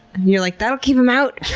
you're like, that'll keep them out!